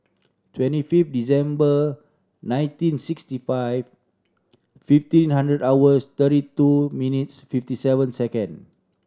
twenty fifth December nineteen sixty five fifteen hundred hours thirty two minutes fifty seven second